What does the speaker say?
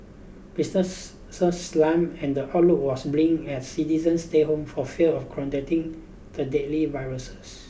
businesses slumped and the outlook was bleak as citizens stayed home for fear of contracting the deadly viruses